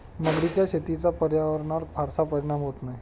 मगरीच्या शेतीचा पर्यावरणावर फारसा परिणाम होत नाही